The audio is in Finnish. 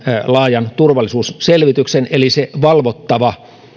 laajan turvallisuusselvityksen eli valvottava